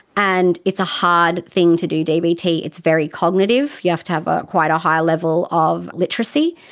and it's a hard thing to do dbt, it's very cognitive, you have to have ah quite a high level of literacy,